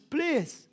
Please